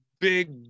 big